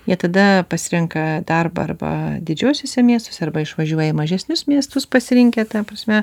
jie tada pasirenka darbą arba didžiuosiuose miestuose arba išvažiuoja į mažesnius miestus pasirinkę ta prasme